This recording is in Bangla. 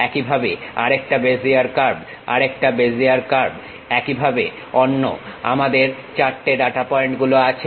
একইভাবে আরেকটা বেজিয়ার কার্ভ আরেকটা বেজিয়ার কার্ভ একইভাবে অন্য আমাদের 4 টে ডাটা পয়েন্টগুলো আছে